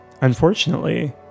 unfortunately